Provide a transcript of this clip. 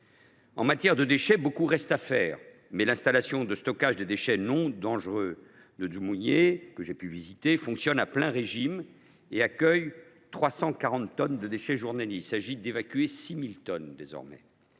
En matière de déchets, beaucoup reste à faire. L’installation de stockage des déchets non dangereux de Dzoumogné, que j’ai pu visiter, fonctionne à plein régime. Elle accueille 340 tonnes de déchets journaliers, mais 6 000 tonnes restent